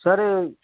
sir